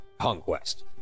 conquest